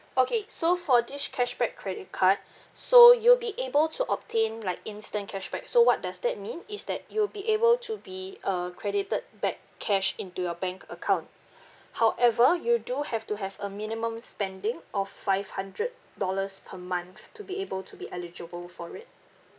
okay so for this cashback credit card so you'll be able to obtain like instant cashback so what does that mean is that you'll be able to be uh credited back cash into your bank account however you do have to have a minimum spending of five hundred dollars per month to be able to be eligible for it